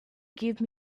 give